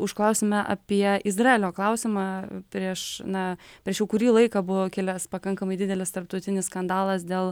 užklausėme apie izraelio klausimą prieš na prieš jau kurį laiką buvo kilęs pakankamai didelis tarptautinis skandalas dėl